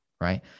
right